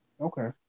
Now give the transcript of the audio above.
Okay